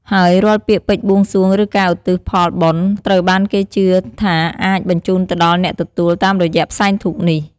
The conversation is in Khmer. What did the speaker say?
ហើយរាល់ពាក្យពេចន៍បួងសួង ឬការឧទ្ទិសផលបុណ្យ ត្រូវបានគេជឿថាអាច បញ្ជូនទៅដល់អ្នកទទួល តាមរយៈផ្សែងធូបនេះ។